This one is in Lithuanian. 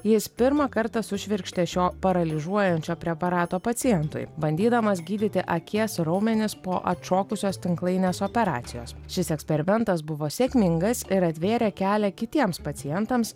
jis pirmą kartą sušvirkštė šio paralyžiuojančio preparato pacientui bandydamas gydyti akies raumenis po atšokusios tinklainės operacijos šis eksperimentas buvo sėkmingas ir atvėrė kelią kitiems pacientams